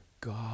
God